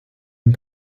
and